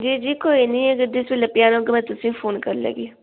जी जी कोई निं जिस बेल्लै पजाना होगा में तुसे ईं फोन करी लैह्गी